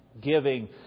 giving